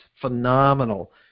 phenomenal